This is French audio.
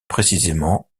précisément